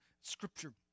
scripture